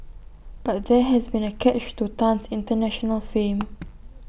but there has been A catch to Tan's International fame